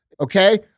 okay